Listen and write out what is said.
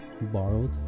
borrowed